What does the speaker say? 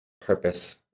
Purpose